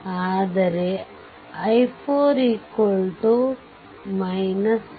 ಆದರೆ i4 I